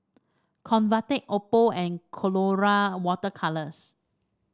Convatec Oppo and Colora Water Colours